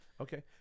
okay